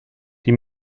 die